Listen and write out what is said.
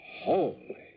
Holy